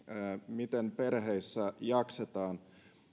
miten perheissä jaksetaan